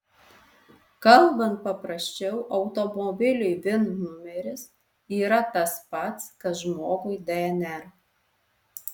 kalbant paprasčiau automobiliui vin numeris yra tas pats kas žmogui dnr